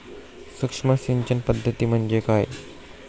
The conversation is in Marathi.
सूक्ष्म सिंचन पद्धती म्हणजे काय?